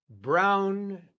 brown